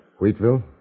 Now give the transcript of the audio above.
Wheatville